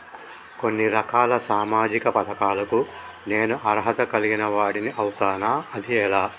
కొన్ని రకాల సామాజిక పథకాలకు నేను అర్హత కలిగిన వాడిని అవుతానా? అది ఎలా?